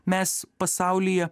mes pasaulyje